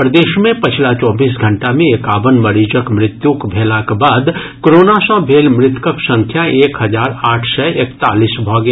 प्रदेश मे पछिला चौबीस घंटा मे एकावन मरीजक मृत्यु भेलाक बाद कोरोना सॅ भेल मृतकक संख्या एक हजार आठ सय एकतालीस भऽ गेल